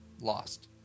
Lost